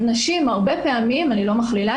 הרבה פעמים אני לא מכלילה,